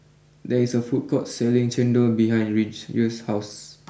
there is a food court selling Chendol behind Ridge house